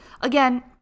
Again